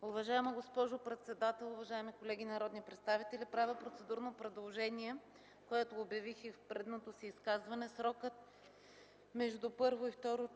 Уважаема госпожо председател, уважаеми колеги народни представители! Правя процедурно предложение, което обявих и в предното си изказване, срокът между първо и второ